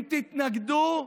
אם תתנגדו,